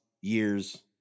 years